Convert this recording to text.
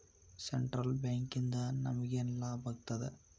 Central ಬ್ಯಾಂಕಿಂದ ನಮಗೇನ್ ಲಾಭಾಗ್ತದ?